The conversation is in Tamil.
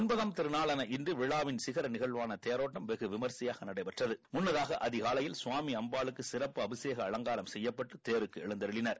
ஒன்பதாம் திருநாளான இன்று விழாவின் சிகா நிகழ்வான தேரோட்டம் வெகுவிமிசையாக நடைபெற்றது முன்னதாக அதிகாலையில் சுவாமி அம்பாளுக்கு சிறப்பு அபிஷேக அவங்காரம் செய்யப்பட்டு தேருக்கு எழுந்தருளினர்